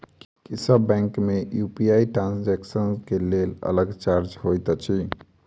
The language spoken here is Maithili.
की सब बैंक मे यु.पी.आई ट्रांसजेक्सन केँ लेल अलग चार्ज होइत अछि?